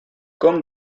com